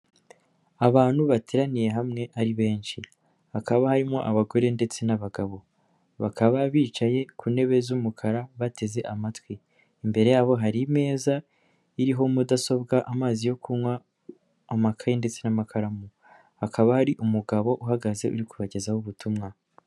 Abantu bateraniye hamwe ari benshi, hakaba harimo abagore ndetse n'abagabo, bakaba bicaye ku ntebe z'umukara bateze amatwi, imbere yabo hari imeza iriho mudasobwa, amazi yo kunywa, amakaye ndetse n'amakaramu, hakaba hari umugabo uhagaze uri kubagezaho ubutumwa.